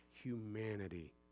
humanity